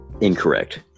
incorrect